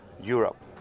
Europe